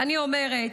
ואני אומרת,